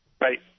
Right